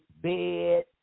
bed